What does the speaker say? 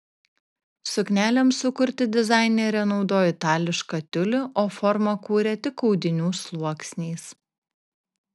suknelėms sukurti dizainerė naudojo itališką tiulį o formą kūrė tik audinių sluoksniais